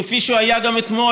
כפי שהוא היה גם אתמול,